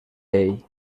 ell